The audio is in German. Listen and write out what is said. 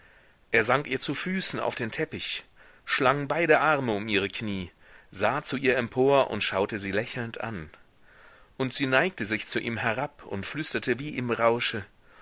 er sank ihr zu füßen auf den teppich schlang beide arme um ihre knie sah zu ihr empor und schaute sie lächelnd an und sie neigte sich zu ihm herab und flüsterte wie im rausche